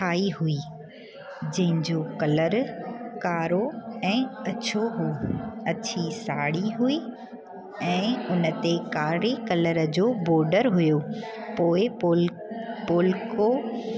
ठाही हुई जंहिंजो कलर कारो ऐं अछो हुओ ऐं अछी साड़ी हुई ऐं हुन ते कारी कलर जो बॉडर हुयो पोइ पुल पुलको